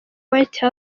white